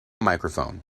microphone